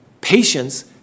patience